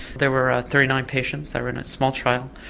there were ah thirty nine patients, they were in a small trial,